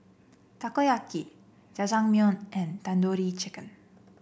Takoyaki Jajangmyeon and Tandoori Chicken